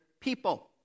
people